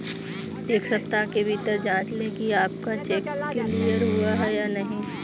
एक सप्ताह के भीतर जांच लें कि आपका चेक क्लियर हुआ है या नहीं